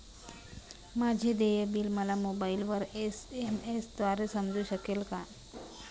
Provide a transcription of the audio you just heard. माझे देय बिल मला मोबाइलवर एस.एम.एस द्वारे समजू शकेल का?